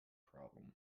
problem